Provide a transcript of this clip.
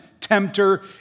tempter